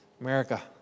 America